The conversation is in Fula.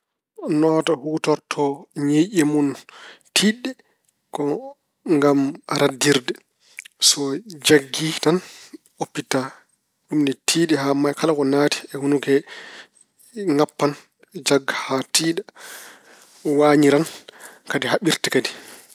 Nooda huutorto ñiiƴe mun tiiɗɗe ko ngam raddide. So jakki tan, oppittaa. Ɗum ina tiiɗi haa maayi, kala ko naati e hunuko he ŋappan, jagga haa tiiɗa. Waañira, kadi haɓirte kadi.